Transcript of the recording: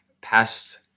past